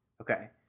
Okay